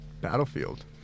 battlefield